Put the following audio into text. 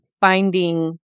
Finding